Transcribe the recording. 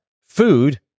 food